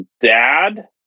dad